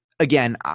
Again